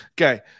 Okay